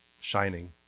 shining